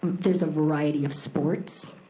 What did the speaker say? there's a variety of sports,